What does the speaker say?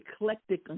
eclectic